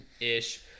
ish